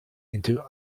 into